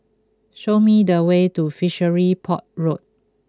show me the way to Fishery Port Road